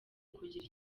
kugira